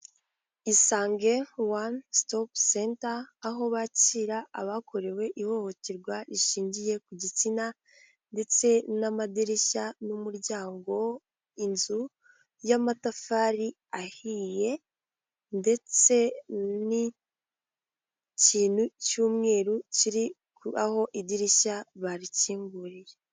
Isange wani sitop senta aho bakira abakorewe ihohoterwa rishingiye ku gitsina ndetse n'amadirishya n'umuryango inzu y'amatafari ahiye ndetse n'ikintu cy'umweru kiri aho idirishya bakinguriye.